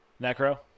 Necro